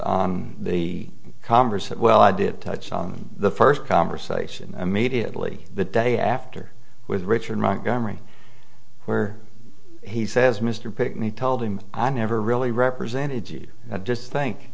touched the converse that well i did touch on the first conversation immediately the day after with richard montgomery where he says mr pick me told him i never really represented you i just think